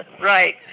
Right